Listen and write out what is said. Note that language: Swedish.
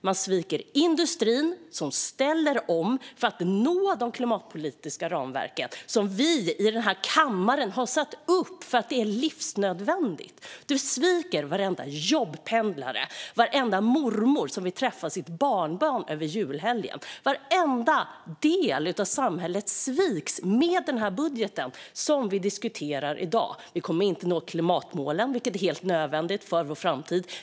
Man sviker industrin, som ställer om för att nå de klimatpolitiska ramverk som vi i den här kammaren har satt upp för att de är livsnödvändiga. Man sviker varenda jobbpendlare, varenda mormor som vill träffa sitt barnbarn över julhelgen, varenda del av samhället med budgeten som vi diskuterar i dag. Vi kommer inte att lyckas nå klimatmålen, vilket är helt nödvändigt för vår framtid.